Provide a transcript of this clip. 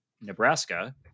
Nebraska